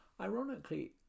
Ironically